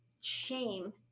shame